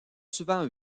souvent